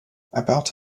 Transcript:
about